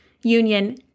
union